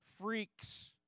freaks